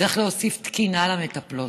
צריך להוסיף תקינה למטפלות,